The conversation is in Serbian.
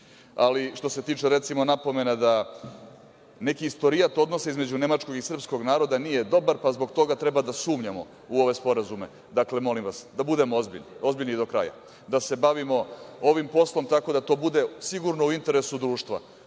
crtao. Što se tiče, recimo napomena da neki istorijat odnosa između Nemačkog i Srpskog naroda nije dobar, pa zbog toga treba da sumnjamo u ove sporazume. Dakle, molim vas da budemo ozbiljni do kraja, da se bavimo ovim poslom tako da to bude sigurno u interesu društva.